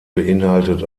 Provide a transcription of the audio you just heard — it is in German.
beinhaltet